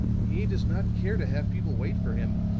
he does not care to have people wait for him,